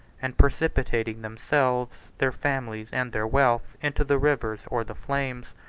and precipitating themselves, their families, and their wealth, into the rivers or the flames,